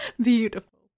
Beautiful